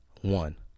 one